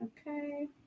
Okay